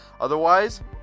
Otherwise